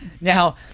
now